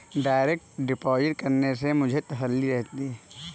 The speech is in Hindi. डायरेक्ट डिपॉजिट करने से मुझे तसल्ली रहती है